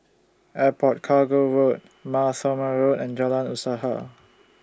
Airport Cargo Road Mar Thoma Road and Jalan Usaha